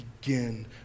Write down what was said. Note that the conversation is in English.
begin